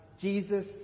Jesus